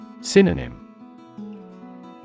Synonym